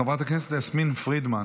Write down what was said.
חברת הכנסת יסמין פרידמן